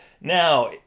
Now